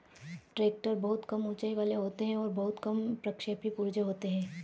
tractor बहुत कम ऊँचाई वाले होते हैं और बहुत कम प्रक्षेपी पुर्जे होते हैं